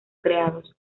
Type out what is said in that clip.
creados